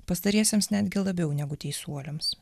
pastariesiems netgi labiau negu teisuoliams